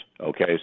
okay